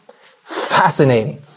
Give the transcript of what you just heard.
Fascinating